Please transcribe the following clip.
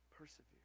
Persevere